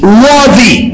worthy